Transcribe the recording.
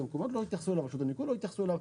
המקומיות ורשויות הניקוז לא התייחסו לזה.